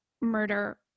murder